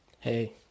hey